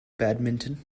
badminton